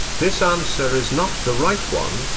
this answer is not the right one,